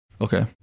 Okay